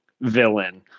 villain